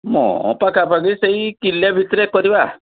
ମୋ ପାଖାପାଖି ସେଇ କିଲେ ଭିତରେ କରିବା